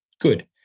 Good